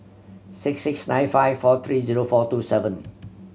six six nine five four three zero four two seven